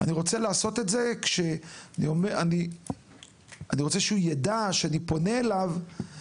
אני רוצה לעשות את זה כשהוא יודע שאני פונה אליו